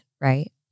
Right